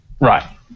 Right